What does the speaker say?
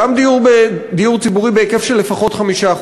גם דיור ציבורי בהיקף של לפחות 5%,